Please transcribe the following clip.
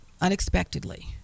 unexpectedly